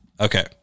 okay